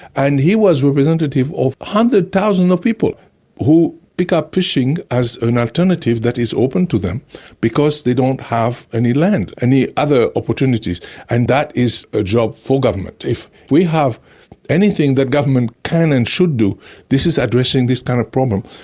and he was representative of hundreds of thousands of people who pick up fishing as an alternative that is open to them because they don't have any island, any other opportunities and that is a job for government. if we have anything the government can and should do this is addressing this kind of problem.